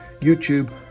YouTube